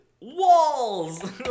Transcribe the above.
walls